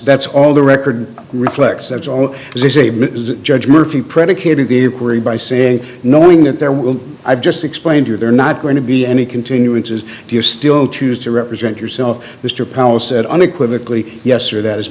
that's all the record reflects that's all they say judge murphy predicated by saying knowing that there will i just explained here they're not going to be any continuances do you still choose to represent yourself mr powell said unequivocally yes or that